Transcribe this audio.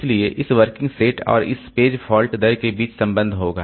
इसलिए इस working set और इस पेज फॉल्ट दर के बीच संबंध होगा